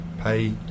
pay